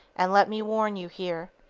and let me warn you here,